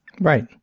Right